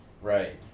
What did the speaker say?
Right